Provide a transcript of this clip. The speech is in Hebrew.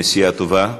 נסיעה טובה.